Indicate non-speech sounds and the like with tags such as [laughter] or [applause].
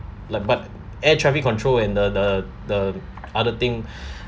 le~ but air traffic control and the the the other thing [breath]